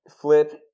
flip